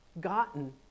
gotten